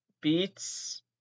beats